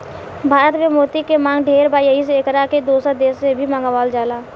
भारत में मोती के मांग ढेर बा एही से एकरा के दोसर देश से भी मंगावल जाला